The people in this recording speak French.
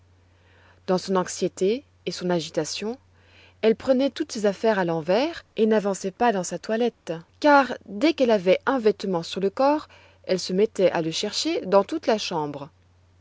dans son anxiété et son agitation elle prenait toutes ses affaires à l'envers et n'avançait pas dans sa toilette car dès qu'elle avait un vêtement sur le corps elle se mettait à le chercher dans toute la chambre